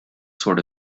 sort